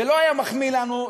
זה לא היה מחמיא לנו,